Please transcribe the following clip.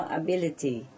ability